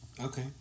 okay